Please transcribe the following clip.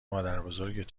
مادربزرگت